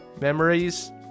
memories